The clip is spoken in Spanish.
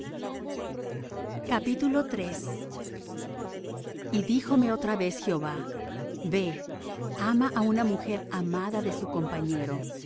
dios mío y dijome otra vez jehová ve ama una mujer amada de su compañero